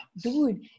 dude